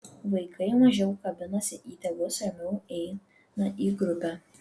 vaikai mažiau kabinasi į tėvus ramiau eina į grupę